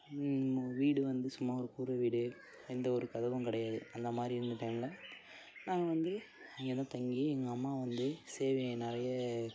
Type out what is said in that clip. வீடு வந்து சும்மா ஒரு கூரை வீடு எந்த ஒரு கதவும் கிடையாது அந்த மாதிரி இருந்த டைமில் நாங்கள் வந்து அங்கேயே தான் தங்கி எங்கள் அம்மா வந்து சேவிங் நிறைய